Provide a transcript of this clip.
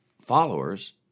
followers